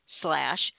slash